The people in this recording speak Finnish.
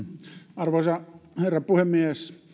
arvoisa herra puhemies